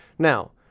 Now